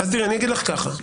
אני אגיד לך כך.